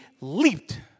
leaped